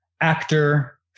actor